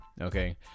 okay